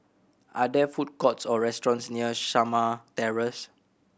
are there food courts or restaurants near Shamah Terrace